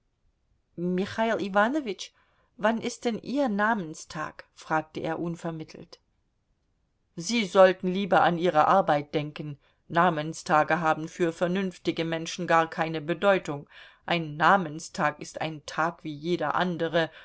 michail iwanowitsch wann ist denn ihr namenstag fragte er unvermittelt sie sollten lieber an ihre arbeit denken namenstage haben für vernünftige menschen gar keine bedeutung ein namenstag ist ein tag wie jeder andere